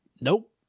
Nope